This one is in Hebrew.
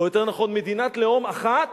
או יותר נכון, מדינת לאום אחת